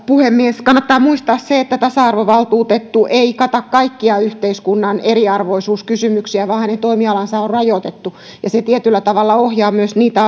puhemies kannattaa muistaa se että tasa arvovaltuutettu ei kata kaikkia yhteiskunnan eriarvoisuuskysymyksiä vaan hänen toimialansa on rajoitettu ja se tietyllä tavalla ohjaa myös niitä